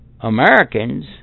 Americans